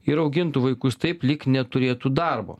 ir augintų vaikus taip lyg neturėtų darbo